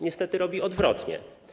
Niestety robi odwrotnie.